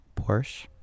Porsche